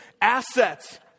assets